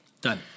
done